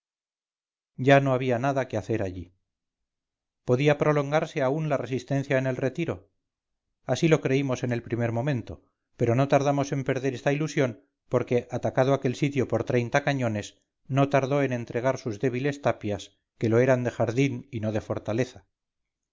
ya no había nada que hacer allí podía prolongarse aún la resistencia en el retiro así lo creímos en el primer momento pero no tardamos en perder esta ilusión porque atacado aquel sitio por treinta cañones no tardó en entregar sus débiles tapias que lo eran de jardín y no de fortaleza